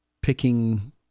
picking